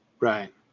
Right